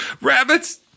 Rabbits